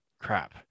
crap